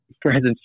presence